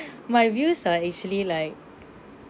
my views are actually like